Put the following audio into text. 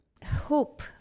hope